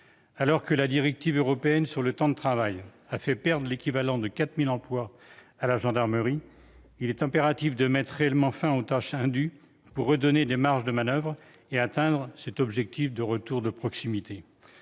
Alors que la directive européenne sur le temps de travail a fait perdre l'équivalent de 4 000 emplois à la gendarmerie, il est impératif de mettre réellement fin aux tâches indues pour redonner des marges de manoeuvre et atteindre cet objectif de retour de proximité.